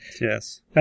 Yes